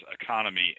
economy